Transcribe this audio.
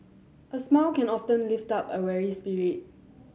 a smile can often lift up a weary spirit